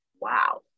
wow